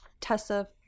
Tessa